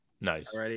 Nice